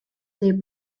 they